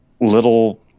little